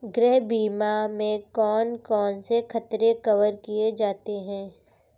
गृह बीमा में कौन कौन से खतरे कवर किए जाते हैं?